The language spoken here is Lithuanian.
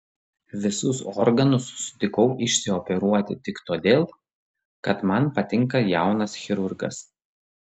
visus organus sutikau išsioperuoti tik todėl kad man patinka jaunas chirurgas